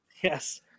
Yes